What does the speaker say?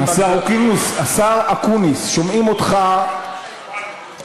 השר אקוניס, השר אקוניס, שומעים אותך ממש.